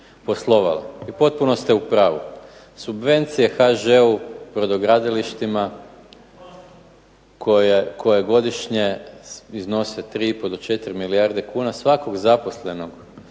I potpuno ste u pravu. Subvencije "HŽ-u", brodogradilištima koje godišnje iznose 3,5 do 4 milijarde kuna svakog zaposlenog